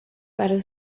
para